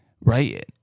right